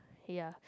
ya